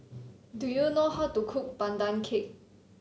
do you know how to cook Pandan Cake